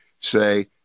say